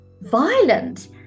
violent